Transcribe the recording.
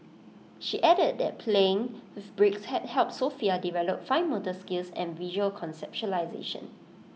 she added that playing with bricks had helped Sofia develop fine motor skills and visual conceptualisation